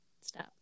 Stop